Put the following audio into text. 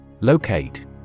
Locate